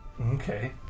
Okay